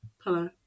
Hello